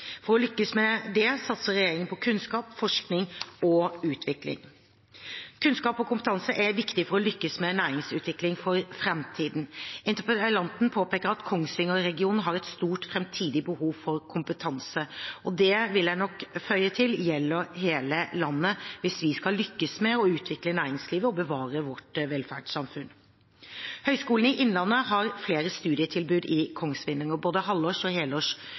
For å lykkes med det satser regjeringen på kunnskap, forskning og utvikling. Kunnskap og kompetanse er viktig for å lykkes med næringsutvikling for framtiden. Interpellanten påpeker at Kongsvinger-regionen har et stort framtidig behov for kompetanse. Det gjelder hele landet, vil jeg nok føye til, hvis vi skal lykkes med å utvikle næringslivet og bevare vårt velferdssamfunn. Høgskolen i Innlandet har flere studietilbud i Kongsvinger, både halvårs- og